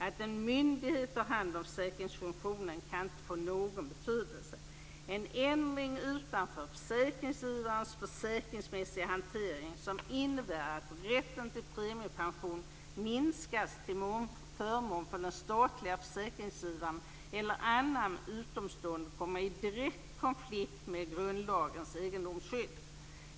Att en myndighet har hand om försäkringsfunktionen kan inte få någon betydelse. En ändring utanför försäkringsgivarens försäkringsmässiga hantering som innebär att rätten till premiepension minskas till förmån för den statliga försäkringsgivaren eller annan utomstående kommer i direkt konflikt med grundlagens egendomsskydd.